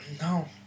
No